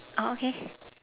orh okay